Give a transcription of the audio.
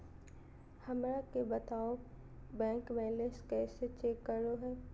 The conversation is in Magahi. हमरा के बताओ कि बैंक बैलेंस कैसे चेक करो है?